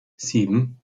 sieben